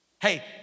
Hey